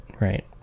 Right